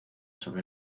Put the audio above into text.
sobre